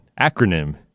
acronym